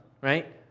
Right